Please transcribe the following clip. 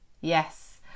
Yes